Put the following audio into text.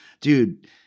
dude